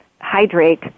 hydrate